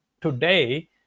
today